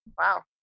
Wow